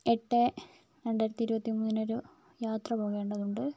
എട്ട് രണ്ടായിരത്തി ഇരുവത്തിമൂന്നിന് ഒരു യാത്ര പോകേണ്ടതുണ്ട്